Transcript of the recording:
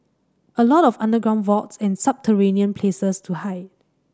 a lot of underground vaults and subterranean places to hide